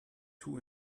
two